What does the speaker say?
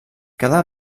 cada